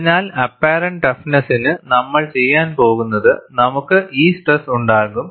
അതിനാൽ അപ്പാറെന്റ് ടഫ്നെസ്സിന് നമ്മൾ ചെയ്യാൻ പോകുന്നത് നമുക്ക് ഈ സ്ട്രെസ്സ് ഉണ്ടാകും